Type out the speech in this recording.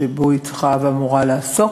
שבו היא צריכה ואמורה לעסוק.